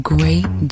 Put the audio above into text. Great